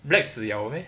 black 死 liao meh